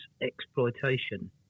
exploitation